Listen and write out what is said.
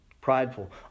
prideful